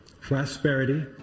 prosperity